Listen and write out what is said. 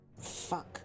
Fuck